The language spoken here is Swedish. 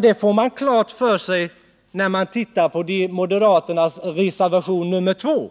Det får man klart för sig när man tittar på deras reservation 2,